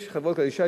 יש חברות קדישא,